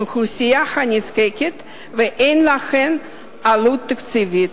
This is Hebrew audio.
האוכלוסייה הנזקקת ואין להן עלות תקציבית.